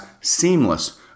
seamless